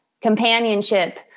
companionship